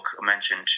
mentioned